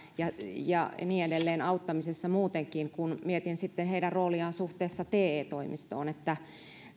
ja niin edelleen auttamisessa muutenkin kun mietin heidän rooliaan suhteessa te toimistoon eli